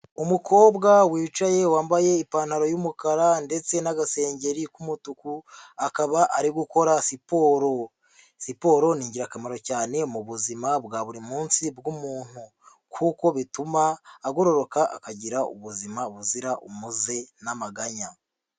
Umukobwa wicaye wambaye ipantaro y'umukara ndetse n'agasengeri k'umutuku akaba ari gukora siporo, siporo ni ingirakamaro cyane mu buzima bwa buri munsi bw'umuntu, kuko bituma agororoka akagira ubuzima buzira umuze n'amaganya.